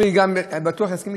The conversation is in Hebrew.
זה לבד עושה אותם חולים,